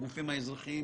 הגופים האזרחים